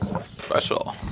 special